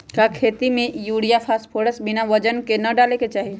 का खेती में यूरिया फास्फोरस बिना वजन के न डाले के चाहि?